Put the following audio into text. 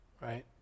right